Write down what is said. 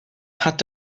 hat